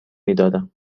میدادم